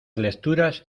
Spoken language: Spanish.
lecturas